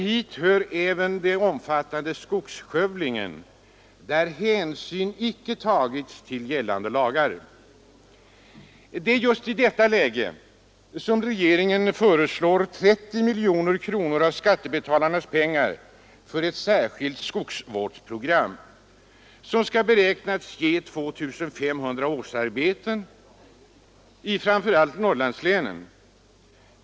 Dit hör även den omfattande skogsskövlingen, där hänsyn inte har tagits till gällande lagar. Det är just i detta läge som regeringen föreslår att 30 miljoner kronor av skattebetalarnas pengar skall ges till ett särskilt skogsvårdsprogram, som beräknas ge 2 500 årsarbeten i framför allt Norrlandslänen.